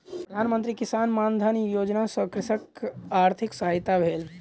प्रधान मंत्री किसान मानधन योजना सॅ कृषकक आर्थिक सहायता भेल